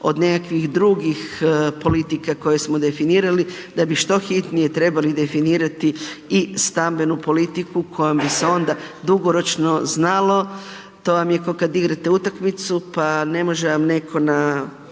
od nekakvih drugih politika koje smo definirali da bi što hitnije trebali definirati i stambenu politiku kojom bi se onda dugoročno znalo, to vam je ko kad igrate utakmicu, pa ne može vam netko na